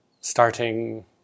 starting